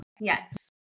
Yes